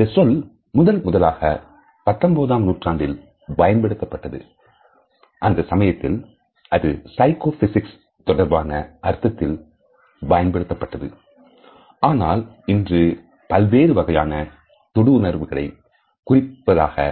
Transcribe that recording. இந்த சொல்முதன்முதலாக பத்தொன்பதாம் நூற்றாண்டில் பயன்படுத்தப்பட்டது அந்த சமயத்தில் அது psychophysics தொடர்பான அர்த்தத்தில் பயன்படுத்தப்பட்டது ஆனால் இன்று பல்வேறு வகையான தொடுஉணர்ச்சிகளை குறிப்பதற்காக